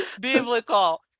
biblical